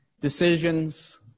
decisions